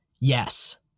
Yes